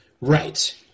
Right